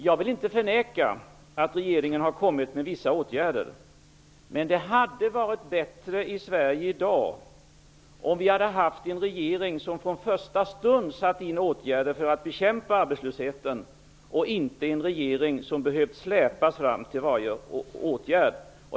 Jag vill inte förneka att regeringen har vidtagit vissa åtgärder, men det hade varit bättre i Sverige i dag om vi hade haft en regering som från första stund hade vidtagit åtgärder för att bekämpa arbetslösheten i stället för en regering som har behövt ''släpas fram'' till varje åtgärd.